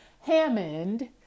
Hammond